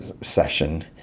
session